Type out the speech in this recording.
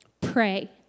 pray